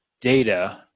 data